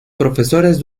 profesores